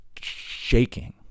shaking